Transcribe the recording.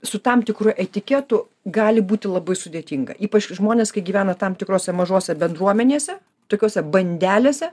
su tam tikru etiketu gali būti labai sudėtinga ypač žmonės kai gyvena tam tikrose mažose bendruomenėse tokiose bandelėse